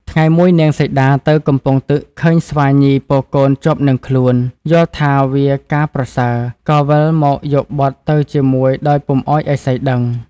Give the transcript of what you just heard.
ថ្ងៃមួយនាងសីតាទៅកំពង់ទឹកឃើញស្វាញីពរកូនជាប់នឹងខ្លួនយល់ថាវាការប្រសើរ ក៏វិលមកយកបុត្រទៅជាមួយដោយពុំឱ្យឥសីដឹង។